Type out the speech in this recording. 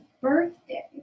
birthday